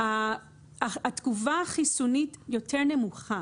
שגרה התגובה החיסונית היא יותר נמוכה.